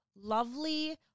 lovely